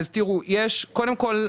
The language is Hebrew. קודם כול,